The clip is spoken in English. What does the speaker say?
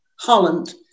Holland